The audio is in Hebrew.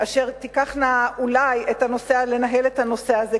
אשר תיקחנה אולי לנהל את הנושא הזה,